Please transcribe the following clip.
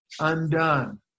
undone